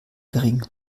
gering